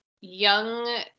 young